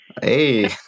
Hey